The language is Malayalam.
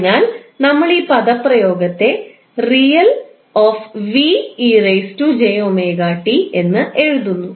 അതിനാൽ നമ്മൾ ഈ പദപ്രയോഗത്തെ എന്ന് എഴുതുന്നു